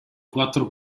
quattro